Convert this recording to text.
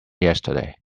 yesterday